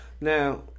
Now